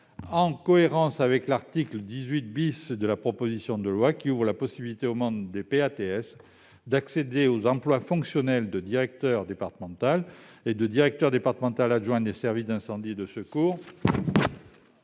en cohérence avec l'article 18 de la proposition de loi, qui ouvre la possibilité aux membres des PATS d'accéder aux emplois fonctionnels de directeur départemental et de directeur départemental adjoint des services d'incendie et de secours